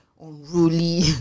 unruly